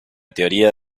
teoría